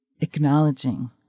acknowledging